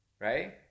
Right